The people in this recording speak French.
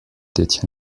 détient